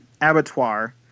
abattoir